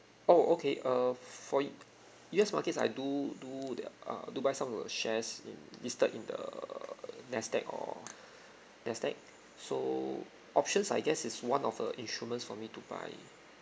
oh okay uh for U_S markets I do do their uh do buy some of the shares in listed in the NASDAQ or NASDAQ so options I guess is one of uh instruments for me to buy